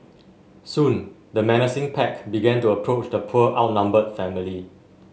soon the menacing pack began to approach the poor outnumbered family